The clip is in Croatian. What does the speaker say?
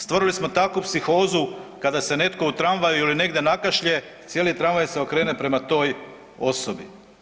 Stvorili smo takvu psihozu kada se netko u tramvaju ili negdje nakašlje cijeli tramvaj se okrene prema toj osobi.